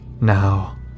Now